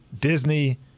Disney